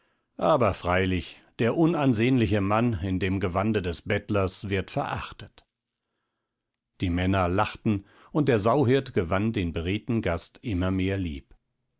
aber freilich der unansehnliche mann in dem gewande des bettlers wird verachtet die männer lachten und der sauhirt gewann den beredten gast immer mehr lieb